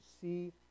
see